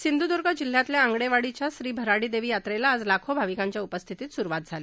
सिंधूदर्ग जिल्ह्यातल्या आंगणेवाडीच्या श्री भराडी देवी यात्रेला आज लाखो भाविकांच्या उपस्थितीत स्रूवात झाली